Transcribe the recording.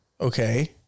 Okay